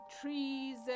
trees